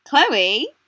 Chloe